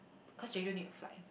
Jeju need to fly